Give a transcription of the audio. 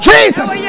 Jesus